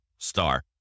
Star